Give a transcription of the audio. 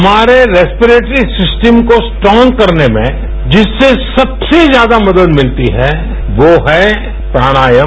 हमारे respiratory system को strong करने में जिससे सबसे ज्यादा मदद मिलती है वो है प्राणायाम